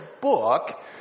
book